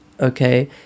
okay